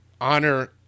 honor